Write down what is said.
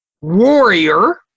warrior